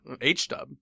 H-dub